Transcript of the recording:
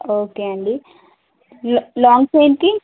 okay అండి long చైన్కి